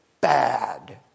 bad